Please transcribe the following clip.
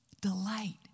delight